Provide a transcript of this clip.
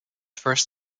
first